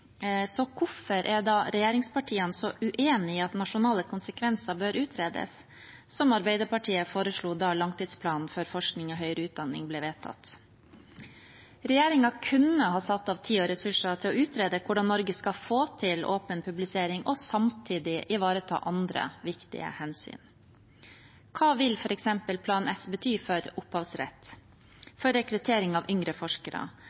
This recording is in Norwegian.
så hvorfor er da regjeringspartiene så uenig i at de nasjonale konsekvensene bør utredes, som Arbeiderpartiet foreslo da langtidsplanen for forskning og høyere utdanning ble vedtatt? Regjeringen kunne ha satt av tid og ressurser til å utrede hvordan Norge skal få til åpen publisering og samtidig ivareta andre viktige hensyn. Hva vil Plan S bety for f.eks. opphavsrett, rekruttering av yngre forskere